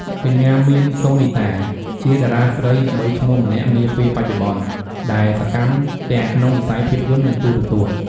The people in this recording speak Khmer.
កញ្ញា មាន សូនីតា ជាតារាស្រីល្បីឈ្មោះម្នាក់នាពេលបច្ចុប្បន្ន ដែលសកម្មទាំងក្នុងវិស័យភាពយន្ត និងទូរទស្សន៍។